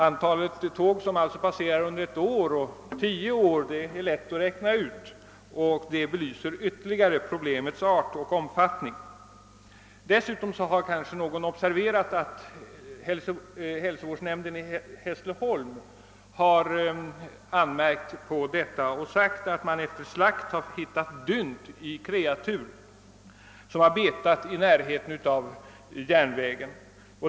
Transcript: Antalet tåg som passerar under ett år och tio år är då lätt att räkna ut och det belyser ytterligare problemets art och omfattning. Någon kanske har observerat att hälsovårdsnämnden i Hässleholm anmärkt på förhållandena och sagt att man efter slakt hittat dynt i kreatur som betat i närheten av järnvägen.